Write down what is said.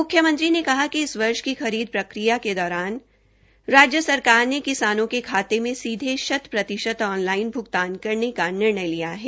मुख्यमंत्री ने कहा कि इस वर्ष की खरीद प्रक्रिया के दौरान राज्य सरकार ने किसानों के खाते में सीधे शत प्रतिशत ऑन लाइन भुगतान करने का निर्णय लिया है